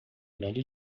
grande